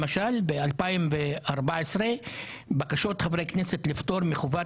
למשל ב-2014 בקשות חברי כנסת לפטור מחובת